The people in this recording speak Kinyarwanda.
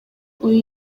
uyu